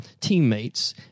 teammates